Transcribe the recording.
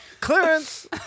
clearance